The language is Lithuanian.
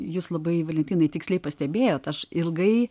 jūs labai valentinai tiksliai pastebėjot aš ilgai